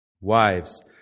Wives